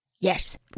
Yes